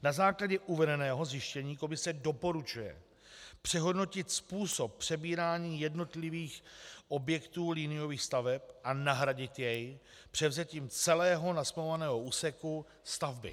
Na základě uvedeného zjištění komise doporučuje přehodnotit způsob přebírání jednotlivých objektů liniových staveb a nahradit jej převzetím celého nasmlouvaného úseku stavby.